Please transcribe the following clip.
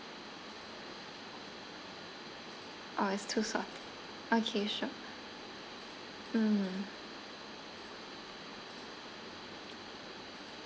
orh it's too salty okay sure mm